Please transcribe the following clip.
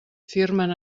firmen